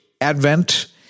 Advent